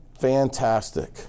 fantastic